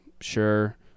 sure